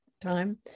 time